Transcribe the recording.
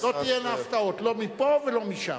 תהיינה הפתעות, לא מפה ולא משם.